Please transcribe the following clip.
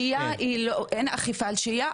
אין אכיפה על שהייה,